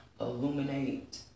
illuminate